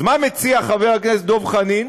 אז מה מציע חבר הכנסת דב חנין?